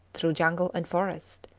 through jungle and forest,